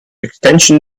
extension